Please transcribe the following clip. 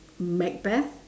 macbeth